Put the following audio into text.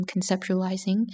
conceptualizing